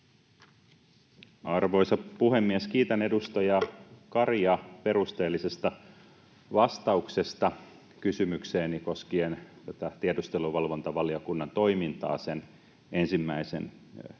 Arvoisa puhemies! Kiitän edustaja Karia perusteellisesta vastauksesta kysymykseeni koskien tiedusteluvalvontavaliokunnan toimintaa sen ensimmäisen